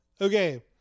Okay